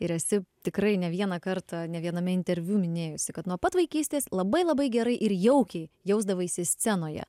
ir esi tikrai ne vieną kartą ne viename interviu minėjusi kad nuo pat vaikystės labai labai gerai ir jaukiai jausdavaisi scenoje